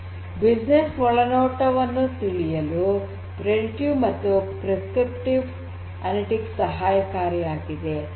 business ನ ಒಳನೋಟವನ್ನು ತಿಳಿಯಲು ಪ್ರೆಡಿಕ್ಟಿವ್ ಮತ್ತು ಪ್ರಿಸ್ಕ್ರಿಪ್ಟಿವ್ ಅನಲಿಟಿಕ್ಸ್ ಸಹಾಯಕಾರಿಯಾಗಿವೆ